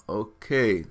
okay